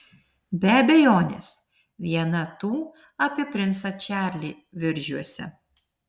be abejonės viena tų apie princą čarlį viržiuose